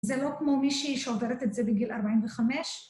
זה לא כמו מישהי שעוברת את זה בגיל 45.